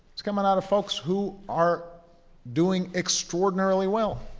it's coming out of folks who are doing extraordinarily well,